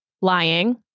lying